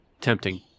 tempting